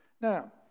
Now